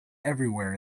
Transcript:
everywhere